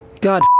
God